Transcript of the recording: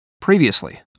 Previously